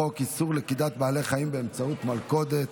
33 בעד,